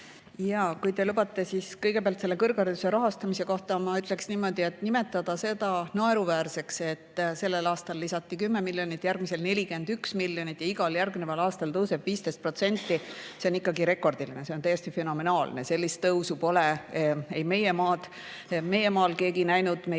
Kui te lubate, siis kõigepealt selle kõrghariduse rahastamise kohta ma ütleksin niimoodi, et nimetada seda naeruväärseks, et sellel aastal lisati 10 miljonit, järgmisel lisatakse 41 miljonit ja igal järgneval aastal tõuseb summa 15% – see on ikkagi rekordiline, see on täiesti fenomenaalne. Sellist tõusu pole meie maal keegi näinud, meie